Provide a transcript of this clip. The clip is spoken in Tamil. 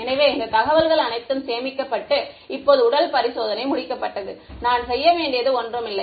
எனவே இந்த தகவல்கள் அனைத்தும் சேமிக்கப்பட்டு இப்போது உடல் பரிசோதனை முடிக்கப்பட்டது நான் செய்ய வேண்டியது ஒன்றுமில்லை